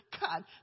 God